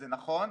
זה נכון.